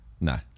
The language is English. no